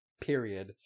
period